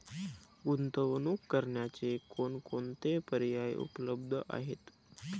गुंतवणूक करण्याचे कोणकोणते पर्याय उपलब्ध आहेत?